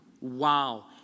wow